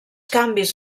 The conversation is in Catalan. canvis